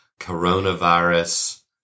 coronavirus